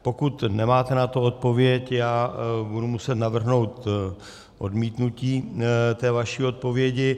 Pokud nemáte na to odpověď, já budu muset navrhnout odmítnutí vaší odpovědi.